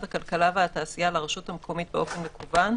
הכלכלה והתעשייה לרשות המקומית באופן מקוון,